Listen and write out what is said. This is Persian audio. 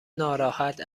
ناراحت